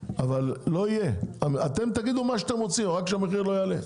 אתם תגידו מה שאתם רוצים, רק שהמחיר לא יעלה.